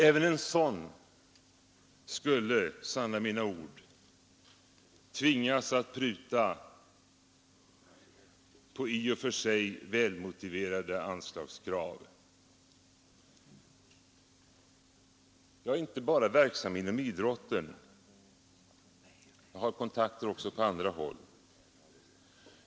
Även en sådan skulle, sanna mina ord, tvingas att pruta på i och för sig välmotiverade anslagskrav. Jag är inte verksam bara inom idrotten. Jag har kontakter också på andra håll.